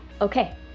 Okay